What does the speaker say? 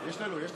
46 בעד, 59